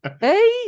Hey